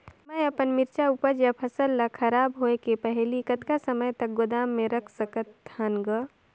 मैं अपन मिरचा ऊपज या फसल ला खराब होय के पहेली कतका समय तक गोदाम म रख सकथ हान ग?